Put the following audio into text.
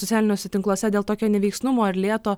socialiniuose tinkluose dėl tokio neveiksnumo ir lėto